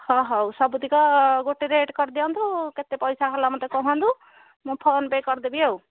ହଁ ହଉ ସବୁତକ ଗୋଟେ ରେଟ୍ କରିଦିଅନ୍ତୁ କେତେ ପଇସା ହେଲା ମୋତେ କୁହନ୍ତୁ ମୁଁ ଫୋନ୍ପେ' କରିଦେବି ଆଉ